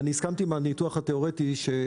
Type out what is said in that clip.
ואני הסכמתי עם הניתוח התיאורטי של